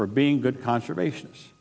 for being good conservationis